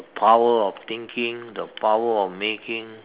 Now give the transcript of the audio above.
power of thinking the power of making